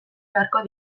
beharko